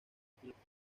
pilotos